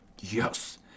Yes